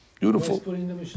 Beautiful